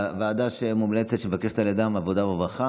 דיון בוועדה.